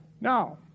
Now